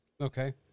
Okay